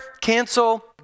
cancel